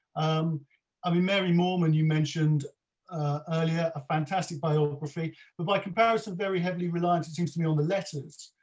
um i mean mary moorman you mentioned ah earlier a fantastic biography but by comparison very heavily reliant it seems to me on the letters,